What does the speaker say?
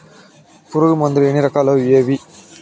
పులుగు మందులు ఎన్ని రకాలు అవి ఏవి?